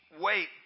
wait